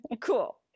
Cool